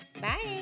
Bye